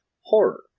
horror